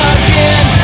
again